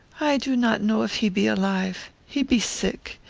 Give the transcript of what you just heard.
i do not know if he be alive. he be sick.